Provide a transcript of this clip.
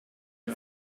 her